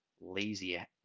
lazy